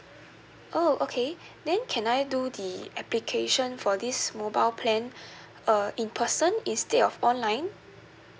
oh okay then can I do the application for this mobile plan uh in person instead of online